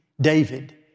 David